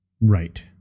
Right